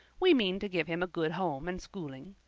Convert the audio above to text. we mean to give him a good home and schooling.